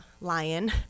Lion